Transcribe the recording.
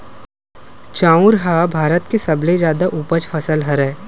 चाँउर ह भारत के सबले जादा उपज फसल हरय